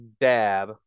dab